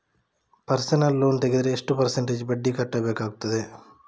Personal loan ತೆಗೆದರೆ ಎಷ್ಟು percentage ಬಡ್ಡಿ ಕಟ್ಟಬೇಕಾಗುತ್ತದೆ?